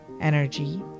energy